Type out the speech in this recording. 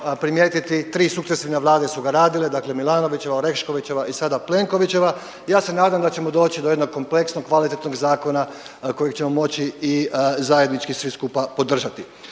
primijetiti tri sukcesivne vlade su ga radile, dakle MIlanovićeva, Oreškovićeva i sada Plenkovićeva. Ja se nadam da ćemo doći do jednog kompleksnog kvalitetnog zakona kojeg ćemo moći i zajednički svi skupa podržati.